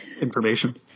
information